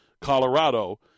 Colorado